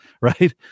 Right